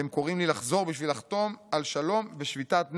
והם קוראים לי לחזור בשביל לחתום על שלום ושביתת נשק,